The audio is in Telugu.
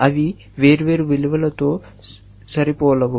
అవి వేర్వేరు విలువలతో సరిపోలవు